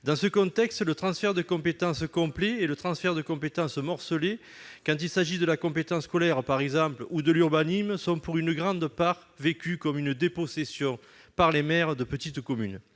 Dans ce contexte, le transfert de compétences complet et le transfert de compétences morcelé, quand il s'agit par exemple de la compétence scolaire ou de l'urbanisme, sont largement vécus comme une dépossession par les maires des petites communes.